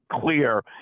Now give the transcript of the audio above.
clear